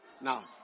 Now